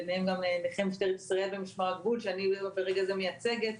ביניהם גם נכי משטרת ישראל ומשמר הגבול שאני ברגע זה מייצגת,